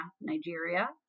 Nigeria